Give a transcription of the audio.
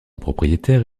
propriétaire